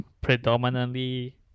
predominantly